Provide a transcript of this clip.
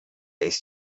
ist